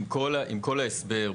עם כל ההסבר,